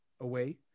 away